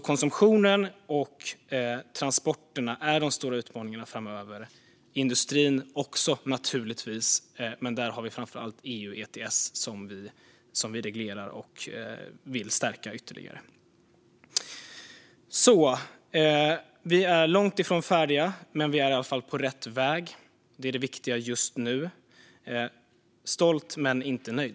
Konsumtionen och transporterna är alltså de stora utmaningarna framöver. Dit hör naturligtvis även industrin, men där har vi framför allt EU ETS som vi reglerar och vill stärka ytterligare. Vi är alltså långt ifrån färdiga, men vi är i alla fall på rätt väg. Det är det viktiga just nu. Jag är stolt men inte nöjd!